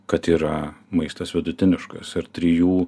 kad yra maistas vidutiniškas ir trijų